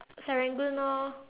Serangoon orh